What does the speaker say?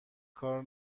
کار